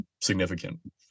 significant